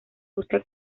busca